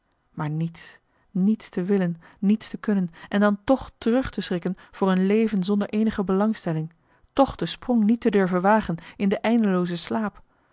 maar niets niets te willen niets te kunnen en dan toch terug te schrikken voor een leven zonder eenige belangstelling toch de sprong niet te durven wagen in de eindelooze slaap